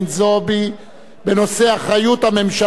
בנושא: אחריות הממשלה ומשטרת ישראל